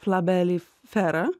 flabelius sfera